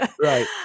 Right